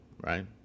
right